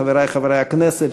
חברי חברי הכנסת,